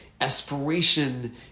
aspiration